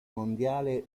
mondiale